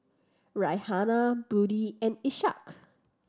Raihana Budi and Ishak